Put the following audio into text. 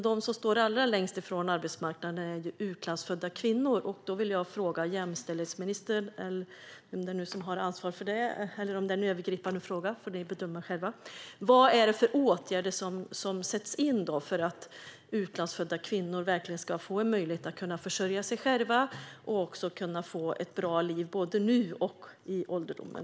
De som står längst från arbetsmarknaden är utlandsfödda kvinnor. Jag vill ställa en fråga till jämställdhetsministern eller den som har ansvar för frågan. Om det är en övergripande fråga får ni bedöma själva. Vad är det för åtgärder som vidtas för att utlandsfödda kvinnor ska få en möjlighet att kunna försörja sig själva och också kunna få ett bra liv både nu och i ålderdomen?